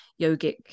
yogic